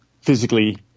physically